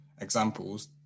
examples